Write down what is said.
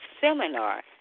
seminar